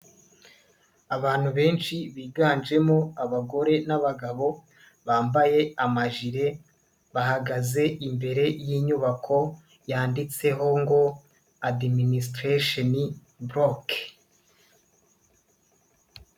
Abantu benshi biganjemo abagore n'abagabo bambaye amajire bahagaze imbere y'inyubako yanditseho ngo Adiminisitirashani buroke.